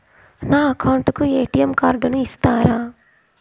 నా అకౌంట్ కు ఎ.టి.ఎం కార్డును ఇస్తారా